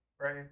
Right